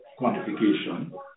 quantification